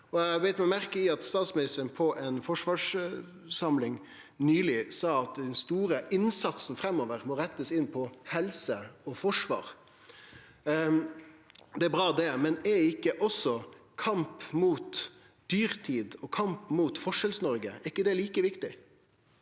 statsministeren på ei forsvarssamling nyleg sa at den store innsatsen framover må rettast inn mot helse og forsvar. Det er bra, men er ikkje kamp mot dyrtid og kamp mot Forskjells-Noreg like viktig?